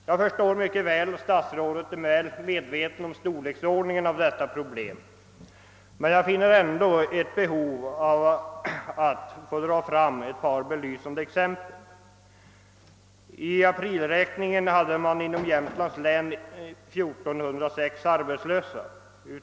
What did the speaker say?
Jag förstår mycket väl att statsrådet är medveten om storleken av detta problem, men jag har ändå behov av att få anföra ett par belysande exempel. Vid aprilräkningen hade man inom Jämtlands län 1406 arbetslösa.